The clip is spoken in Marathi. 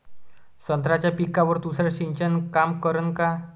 संत्र्याच्या पिकावर तुषार सिंचन काम करन का?